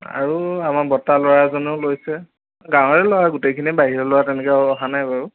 আৰু আমাৰ বৰ্তাৰ ল'ৰা এজনেও লৈছে গাৱঁৰে ল'ৰা গোটেইখিনি বাহিৰৰ ল'ৰা তেনেকৈ অহা নাই বাৰু